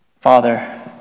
Father